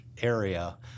area